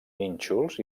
nínxols